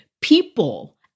people